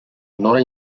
nora